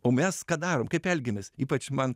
o mes ką darom kaip elgiamės ypač man